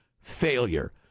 failure